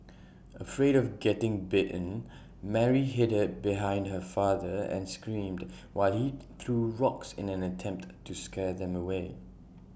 afraid of getting bitten Mary hid behind her father and screamed while he threw rocks in an attempt to scare them away